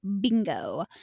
bingo